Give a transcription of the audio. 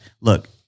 look